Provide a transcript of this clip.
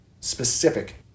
specific